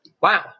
Wow